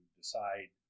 decide